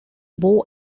bow